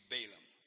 Balaam